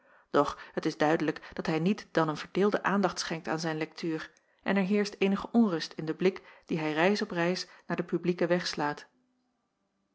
doch het is duidelijk dat hij niet dan een verdeelde aandacht schenkt aan zijn lektuur en er heerscht eenige onrust in den blik dien hij reis op reis naar den publieken weg slaat